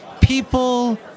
People